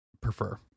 prefer